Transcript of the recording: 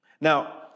Now